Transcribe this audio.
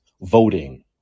voting